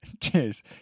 cheers